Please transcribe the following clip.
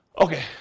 Okay